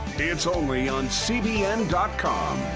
it's only on cbn com.